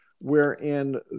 wherein